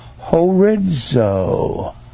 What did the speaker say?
horizo